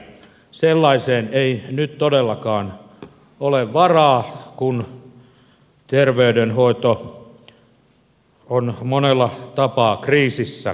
sellaiseen ei nyt todellakaan ole varaa kun terveydenhoito on monella tapaa kriisissä